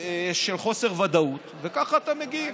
של חוסר ודאות, וככה אתה מגיב.